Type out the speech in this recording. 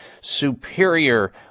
superior